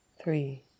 three